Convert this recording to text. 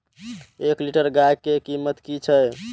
एक लीटर गाय के कीमत कि छै?